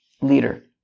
leader